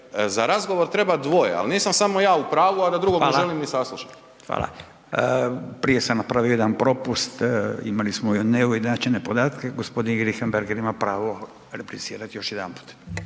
za razgovor treba dvoje, al nisam samo ja u pravu, a da drugog ne želim ni saslušat. **Radin, Furio (Nezavisni)** Hvala. Prije sam napravio jedan propust, imali smo neujednačene podatke. Gospodin Richembergh ima pravo replicirati još jedanput.